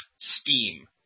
Steam